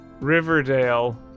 Riverdale